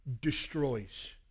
destroys